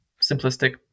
simplistic